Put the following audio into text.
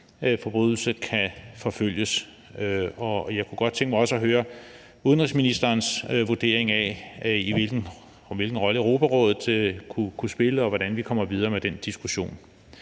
forbrydelse kan forfølges. Og jeg kunne godt tænke mig også at høre udenrigsministerens vurdering af, hvilken rolle Europarådet kunne spille, og hvordan vi kommer videre med den diskussion.